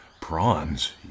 prawns